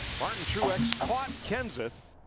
martin truex caught kenseth,